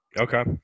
Okay